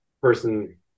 person